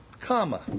comma